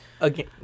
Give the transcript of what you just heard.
Again